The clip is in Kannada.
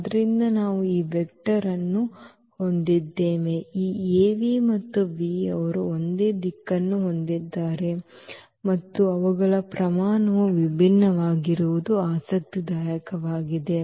ಆದ್ದರಿಂದ ನಾವು ಈ ವೆಕ್ಟರ್ ಅವ್ ಅನ್ನು ಹೊಂದಿದ್ದೇವೆ ಈ Av ಮತ್ತು v ಅವರು ಒಂದೇ ದಿಕ್ಕನ್ನು ಹೊಂದಿದ್ದಾರೆ ಮತ್ತು ಅವುಗಳ ಪ್ರಮಾಣವು ವಿಭಿನ್ನವಾಗಿರುವುದು ಆಸಕ್ತಿದಾಯಕವಾಗಿದೆ